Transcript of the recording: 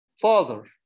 Father